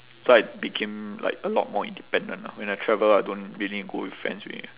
so I became like a lot more independent lah when I travel I don't really go with friends already